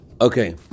Okay